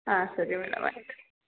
ಹಾಂ ಸರಿ ಮೇಡಮ್ ಆಯ್ತು